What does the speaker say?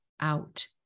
out